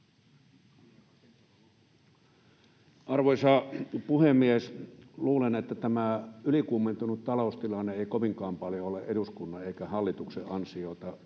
Arvoisa puhemies! Luulen, että tämä ylikuumentunut taloustilanne ei kovinkaan paljon ole eduskunnan eikä hallituksen ansiota.